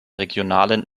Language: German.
regionalen